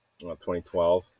2012